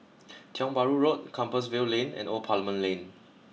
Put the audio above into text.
Tiong Bahru Road Compassvale Lane and Old Parliament Lane